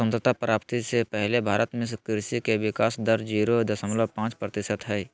स्वतंत्रता प्राप्ति से पहले भारत में कृषि के विकाश दर जीरो दशमलव पांच प्रतिशत हई